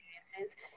experiences